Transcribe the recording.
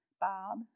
Bob